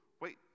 wait